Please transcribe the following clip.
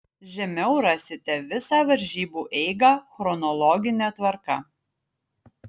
žemiau rasite visą varžybų eigą chronologine tvarka